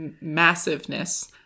massiveness